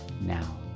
now